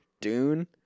Dune